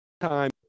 Time